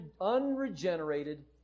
unregenerated